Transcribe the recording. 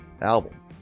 album